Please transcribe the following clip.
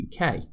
UK